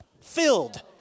filled